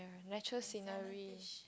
nature scenery